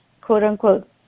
quote-unquote